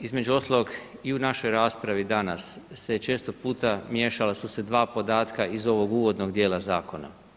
Između ostalog i u našoj raspravi danas se često puta miješala su se dva podatka iz ovog uvodnog dijela zakona.